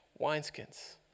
wineskins